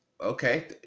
okay